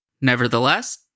Nevertheless